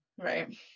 Right